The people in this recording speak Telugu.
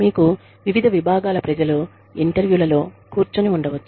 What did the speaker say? మీకు వివిధ విభాగాల ప్రజలు ఇంటర్వ్యూలలో కూర్చుని ఉండవచ్చు